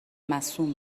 مصون